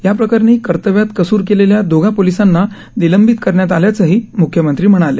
याप्रकरणी कर्तव्यात कसूर केलेल्या दोघा पोलिसांना निलंबित करण्यात आल्याचंही म्ख्यमंत्री म्हणाले